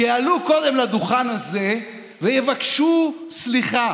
שיעלו קודם לדוכן הזה ויבקשו סליחה.